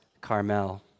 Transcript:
Carmel